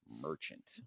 Merchant